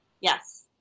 yes